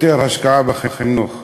יותר השקעה בחינוך.